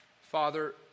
Father